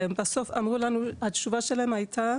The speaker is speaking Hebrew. בסוף התשובה שלהם הייתה